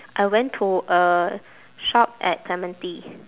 I went to a shop at clementi